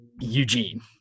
Eugene